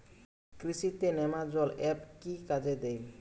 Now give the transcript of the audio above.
কৃষি তে নেমাজল এফ কি কাজে দেয়?